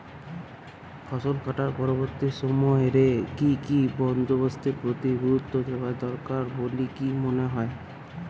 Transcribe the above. ফসলকাটার পরবর্তী সময় রে কি কি বন্দোবস্তের প্রতি গুরুত্ব দেওয়া দরকার বলিকি মনে হয়?